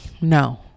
no